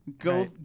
go